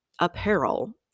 apparel